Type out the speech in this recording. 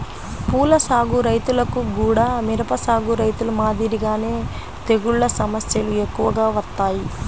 పూల సాగు రైతులకు గూడా మిరప సాగు రైతులు మాదిరిగానే తెగుల్ల సమస్యలు ఎక్కువగా వత్తాయి